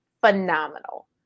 phenomenal